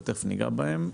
ותיכף ניגע בהם.